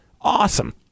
Awesome